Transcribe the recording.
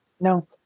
No